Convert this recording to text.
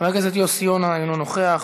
חבר הכנסת יוסי יונה,